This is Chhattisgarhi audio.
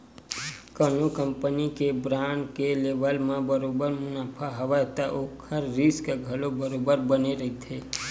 कोनो कंपनी के बांड के लेवब म बरोबर मुनाफा हवय त ओखर रिस्क घलो बरोबर बने रहिथे